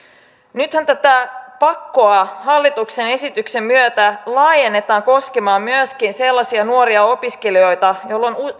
nythän tätä pakkoa hallituksen esityksen myötä laajennetaan koskemaan myöskin sellaisia nuoria opiskelijoita joilla on